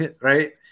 right